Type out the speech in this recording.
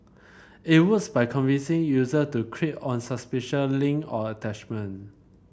it works by convincing user to click on suspicious link or attachment